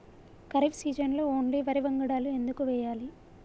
ఖరీఫ్ సీజన్లో ఓన్లీ వరి వంగడాలు ఎందుకు వేయాలి?